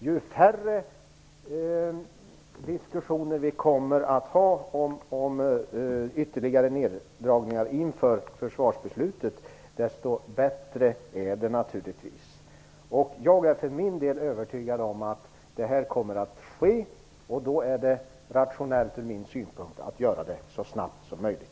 Ju färre diskussioner vi kommer att ha om ytterligare neddragningar inför försvarsbeslutet, desto bättre är det naturligtvis. Jag är för min del övertygad om att det här kommer att ske, och det är enligt min uppfattning då rationellt att göra det så snabbt som möjligt.